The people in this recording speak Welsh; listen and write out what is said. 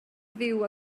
fyw